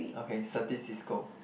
okay Certis Cisco